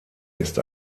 ist